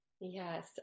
Yes